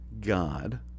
God